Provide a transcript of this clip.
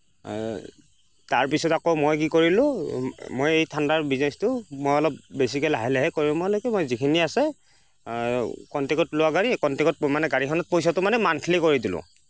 তাৰ পিছত আকৌ মই কি কৰিলোঁ মই এই ঠাণ্ডাৰ বিজনেছটো মই অলপ বেছিকৈ লাহে লাহে কৰি মই যিখিনি আছে কনটেকত লোৱা গাড়ী মানে কনটেকত গাড়ীখনত পইচাটো মানে মান্থলি কৰি দিলোঁ